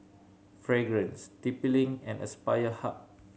Fragrance T P Link and Aspire Hub